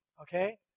okay